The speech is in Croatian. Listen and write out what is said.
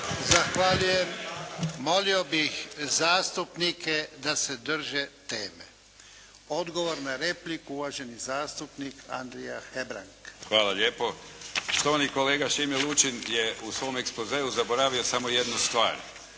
Zahvaljujem. Molio bih zastupnike da se drže teme. Odgovor na repliku uvaženi zastupnik Andrija Hebrang. **Hebrang, Andrija (HDZ)** Hvala lijepo. Štovani kolega Šime Lučin je u svom ekspozeu zaboravio samo jednu stvar.